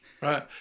Right